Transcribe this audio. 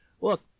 Look